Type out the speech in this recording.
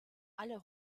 alle